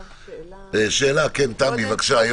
בבקשה.